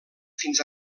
fins